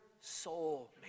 soul